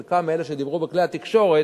חלק מאלה שדיברו בכלי התקשורת,